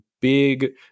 big